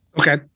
Okay